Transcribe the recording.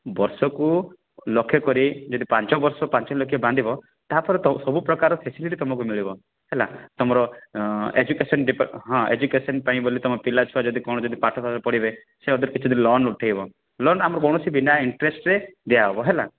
ବର୍ଷକୁ ଲକ୍ଷେ କରି ଯଦି ପାଞ୍ଚବର୍ଷ ପାଞ୍ଚ ଲକ୍ଷ ବାନ୍ଧିବ ତା'ପରେ ସବୁ ପ୍ରକାରର ଫାସିଲିଟି ତମକୁ ମିଳିବ ହେଲା ତମର ଏଜୁକେସନ୍ ହଁ ଏଜୁକେସନ୍ ପାଇଁ ବୋଲି ତୁମ ପିଲା ଛୁଆ ଯଦି କଣ ଯଦି ପାଠଶାଠ ପଢ଼ିବେ ସେ ସେଥିରୁ ଲୋନ୍ ଉଠାଇବ ଲୋନ୍ ଆମର କୌଣସି ବିନା ଇଣ୍ଟ୍ରେଷ୍ଟ୍ ରେ ଦିଆହବ ହେଲା